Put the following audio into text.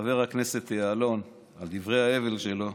לחבר הכנסת יעלון על דברי ההבל שלו,